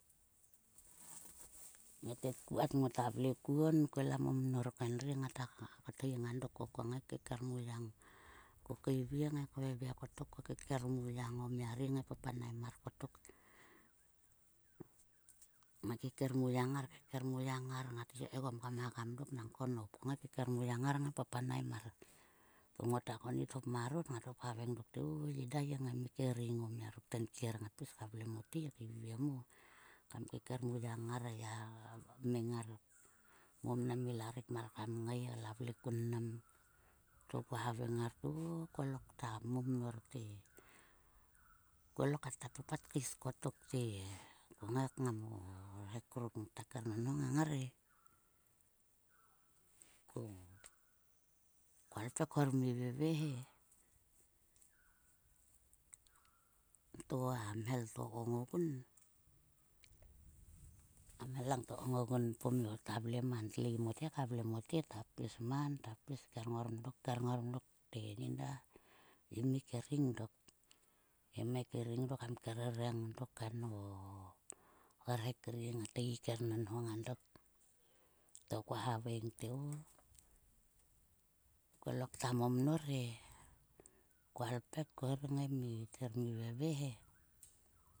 He tetku kat ngota vle kuon. Kuela momnor ko endri ngata kothi nga dok ko. Ko ngai keker muyang ko keivle kngei kveve kotkot keker muyang o mia ri ngai kpapanaem mar kottok. Kngai keker muyang ngar, kekermuyang ngar. Ngat si kae gom kam hagam dok nangko nop. Ko ngai keker muyang ngar ngai papanaem mar. Ngot konnit hop marot to ngat hop haveing dok te, "o yin da yi ngai mi kering o mia ruk tenkier ngat pis ka vle mote, keivie mo kam kekermuyang ngar. Ya meng ngar mo mnan ja rek kam ngai la vle kun mnam." To kua haveing ngar te. "O kolokota momnor te, ko lokta papat keis kotok te, ko mgei kngam o rhek ruk ngata kernon ho ngang ngar e. " Ko koa ipek ther mi veve he. To a mhel to kong ogun. A mhellangto kong ogun pomio ta vle man. Tlei mote ka vle mote. Ta pis man, ta pis kerngor dok, kerngor dok. Te, "yin da yi mi kering dok. Yi kering, dok kam, ker rereng dok, kaen o rhek ri ngat ngei gi kernonho nga dok." To kua haveing te, "o ko lokta momnor e." kua ipek kuher mi, ther mi veve he.